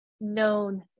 known